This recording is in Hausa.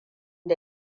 da